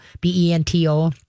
bento